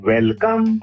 Welcome